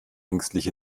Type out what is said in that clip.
ängstlich